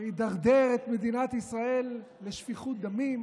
שידרדר את מדינת ישראל לשפיכות דמים,